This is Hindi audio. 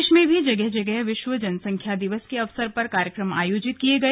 प्रदेश में भी जगह जगह विश्व जनसंख्या दिवस के अवसर पर कार्यक्रम आयोजित किये गए